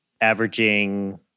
averaging